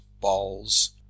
balls